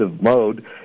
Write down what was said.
mode